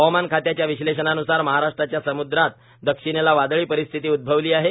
हवामान खात्याच्या विश्लेषणान्सार महाराष्ट्राच्या समुद्रात दक्षिणेला वादळी परिस्थिती उदभवली आहे